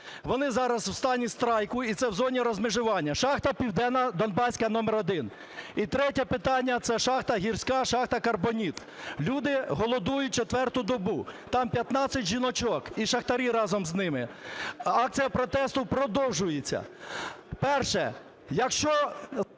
Вони зараз в стані страйку. І це в зоні розмежування. Шахта "Південнодонбаська № 1". І третє питання. Це шахта "Гірська", шахта "Карбоніт". Люди голодують четверту добу. Там 15 жіночок і шахтарі разом з ними. Акція протесту продовжується. Перше. Якщо…